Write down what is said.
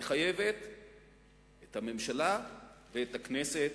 מחייבת את הממשלה ואת הכנסת,